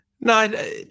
No